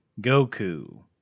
Goku